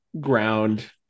ground